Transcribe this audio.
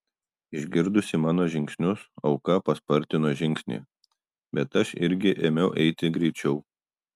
išgirdusi mano žingsnius auka paspartino žingsnį bet aš irgi ėmiau eiti greičiau